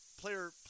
player